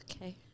Okay